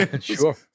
Sure